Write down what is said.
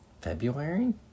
February